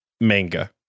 manga